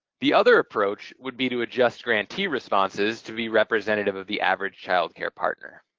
the other approach would be to adjust grantee responses to be representative of the average child care partner.